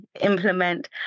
implement